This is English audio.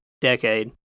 decade